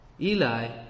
Eli